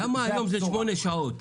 למה היום זה שמונה שעות?